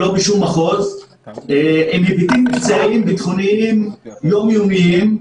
ולא בשום מחוז עם היבטים מבצעיים ביטחוניים יומיומיים.